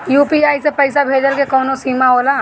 UPI से पईसा भेजल के कौनो सीमा होला?